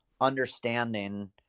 understanding